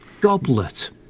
Goblet